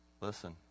Listen